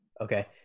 Okay